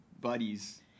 buddies